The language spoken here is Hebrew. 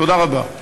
תודה רבה.